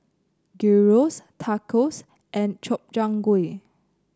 Gyros Tacos and Gobchang Gui